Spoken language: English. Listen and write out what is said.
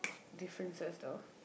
differences though